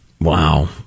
Wow